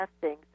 testing